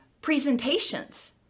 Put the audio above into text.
presentations